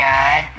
God